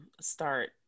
start